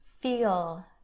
feel